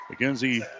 McKenzie